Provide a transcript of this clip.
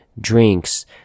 drinks